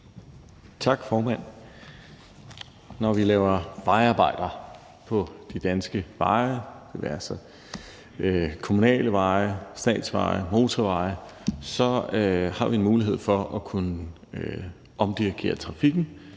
Tak, formand. Når vi laver vejarbejder på de danske veje, det være sig kommunale veje, statsveje eller motorveje, så har vi mulighed for at kunne omdirigere trafikken.